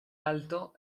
alto